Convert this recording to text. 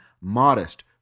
modest